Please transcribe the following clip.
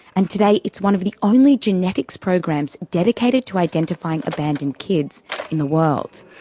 and today it's one of the only genetics programs dedicated to identifying abandoned kids in the world.